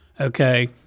Okay